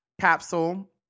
capsule